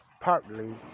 partly